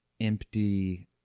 empty